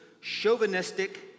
chauvinistic